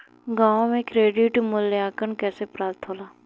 गांवों में क्रेडिट मूल्यांकन कैसे प्राप्त होला?